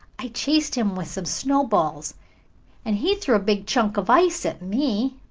i chased him with some snowballs and he threw a big chunk of ice at me.